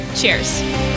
Cheers